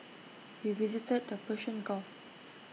we visited the Persian gulf